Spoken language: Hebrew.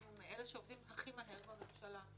אנחנו מאלה שעובדים הכי מהר בממשלה.